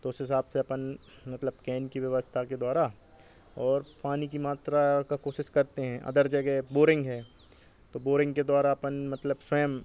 तो उस हिसाब से अपन मतलब कैन की व्यवस्था के द्वारा और पानी की मात्रा की कोशिश करते हैं अदर जगह बोरिंग है तो बोरिंग के द्वारा अपन मतलब स्वयं